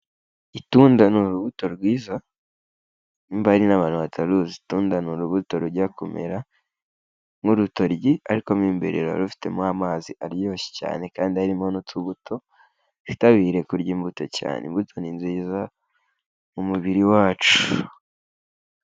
Itunda ni urubuto rwiza niba hari n'abantu bataruzi, itunda ni urubuto rujya kumera nk'urutoryi ariko mo imbere ruba rufitemo amazi aryoshye cyane kandi harimo n'utubuto, twitabire kurya imbuto cyane, imbuto nziza mu mubiri wacu.